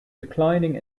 declining